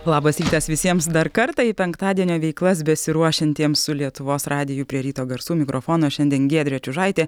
labas rytas visiems dar kartą į penktadienio veiklas besiruošiantiems su lietuvos radiju prie ryto garsų mikrofono šiandien giedrė čiužaitė